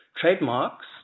Trademarks